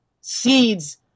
seeds